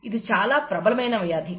ఇది చాలా ప్రబలమైన వ్యాధి